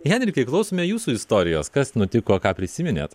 henrikai klausome jūsų istorijos kas nutiko ką prisiminėt